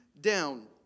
down